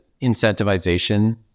incentivization